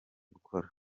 gukora